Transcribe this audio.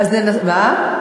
מה?